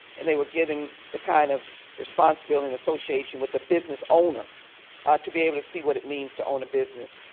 and they were given the kind of responsibility and association with the business owner ah to be able to see what it means to own a business.